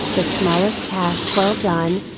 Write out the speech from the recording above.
the smallest task well done,